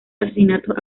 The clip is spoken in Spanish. asesinatos